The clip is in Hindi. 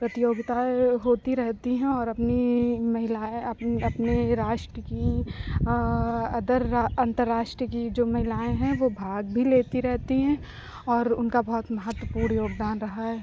प्रतियोगिताएं होती रहती है और अपनी महिलाएं अपनी अपने राष्ट्र की अदर अंतरराष्ट्रीय की जो महिलाएं हैं वो भाग भी लेती रहती हैं और उनका बहुत महत्वपूर्ण योगदान रहा है